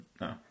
no